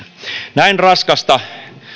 näin raskasta